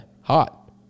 Hot